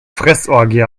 fressorgie